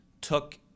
took